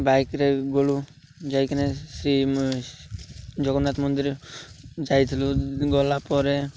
ବାଇକ୍ରେେ ଗଲୁ ଯାଇକିନା ସେ ଜଗନ୍ନାଥ ମନ୍ଦିର ଯାଇଥିଲୁ ଗଲା ପରେ